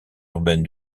urbaine